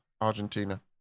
Argentina